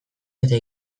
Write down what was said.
eta